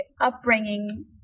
upbringing